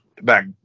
back